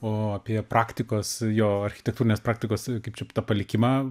o apie praktikos jo architektūrinės praktikos kaip čia tą palikimą